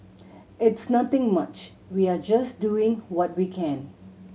it's nothing much we are just doing what we can